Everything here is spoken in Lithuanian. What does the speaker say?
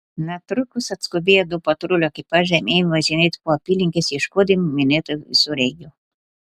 netrukus atskubėję du patrulių ekipažai ėmė važinėti po apylinkes ieškodami minėto visureigio